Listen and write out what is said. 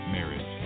Marriage